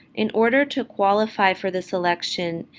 in order to qualify for this election,